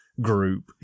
group